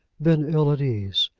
then ill at ease.